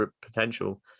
potential